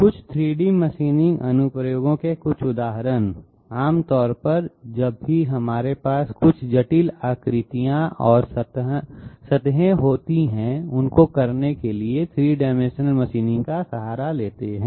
कुछ 3D machining अनुप्रयोगों के कुछ उदाहरण आम तौर पर जब भी हमारे पास कुछ जटिल आकृतियों और सतहों को करने के लिए होता है तो हम 3 डाइमेंशनल मशीनिंग का सहारा लेते हैं